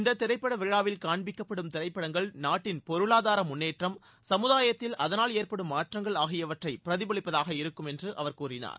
இந்த திரைப்பட விழாவில் காண்பிக்கப்படும் திரைப்படங்கள் நாட்டின் பொருளாதார முன்னேற்றம் சமுதாயத்தில் அதனால் ஏற்படும் மாற்றங்கள் ஆகியவற்றை பிரதிபலிப்பதாக இருக்கும் என்று அவர் கூறினார்